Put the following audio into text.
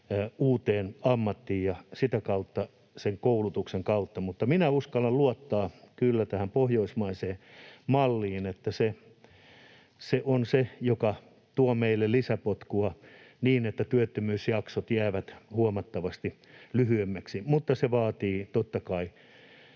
uuteen ammattiin koulutuksen kautta. Minä uskallan luottaa kyllä tähän pohjoismaiseen malliin, että se on se, joka tuo meille lisäpotkua niin, että työttömyysjaksot jäävät huomattavasti lyhyemmäksi, mutta se vaatii totta kai